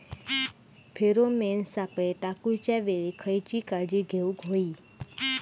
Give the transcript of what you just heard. Pheromone सापळे टाकूच्या वेळी खयली काळजी घेवूक व्हयी?